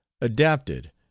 adapted